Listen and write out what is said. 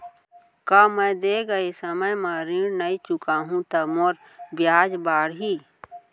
का मैं दे गए समय म ऋण नई चुकाहूँ त मोर ब्याज बाड़ही?